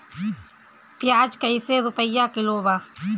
प्याज कइसे रुपया किलो बा?